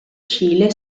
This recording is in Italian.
cile